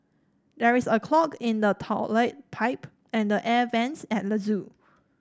there is a clog in the toilet pipe and the air vents at the zoo